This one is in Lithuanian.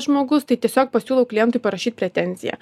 žmogus tai tiesiog pasiūlau klientui parašyt pretenziją